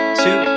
two